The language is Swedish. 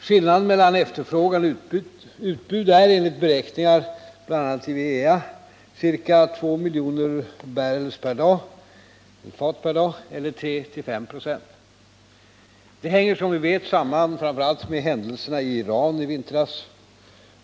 Skillnaden mellan efterfrågan och utbud är — enligt beräkningar av bl.a. IEA — ca 2 miljoner fat per dag eller 3-5 96. Det hänger, som vi vet, samman framför allt med händelserna i Iran i vintras.